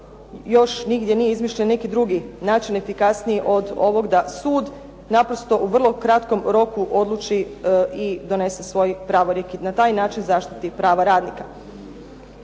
još nigdje nije izmišljen neki drugi način efikasniji od ovog da sud naprosto u vrlo kratkom roku odluči i donese svoj pravorijek i na taj način zaštiti prava radnika.